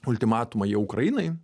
ultimatumą jo ukrainai